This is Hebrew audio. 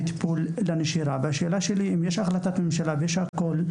לסוגית הנשירה והשאלה שלי היא אם יש החלטת ממשלה ויש כבר הכול,